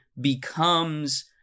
becomes